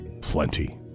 Plenty